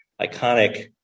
iconic